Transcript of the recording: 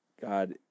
God